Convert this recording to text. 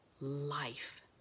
life